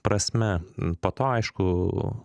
prasme po to aišku